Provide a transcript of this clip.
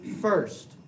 first